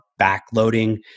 backloading